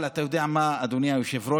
אבל אתה יודע מה, אדוני היושב-ראש?